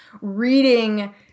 reading